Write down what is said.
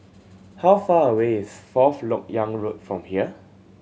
how far away is Fourth Lok Yang Road from here